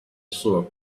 saw